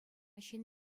ҫын